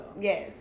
yes